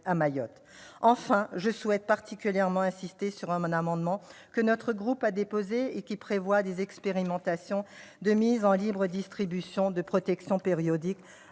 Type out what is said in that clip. à Mayotte. Enfin, je souhaite particulièrement insister sur un amendement déposé par notre groupe et qui prévoit des expérimentations de mise en libre distribution de protections périodiques